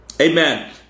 Amen